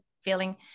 feeling